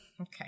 Okay